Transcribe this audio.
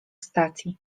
stacji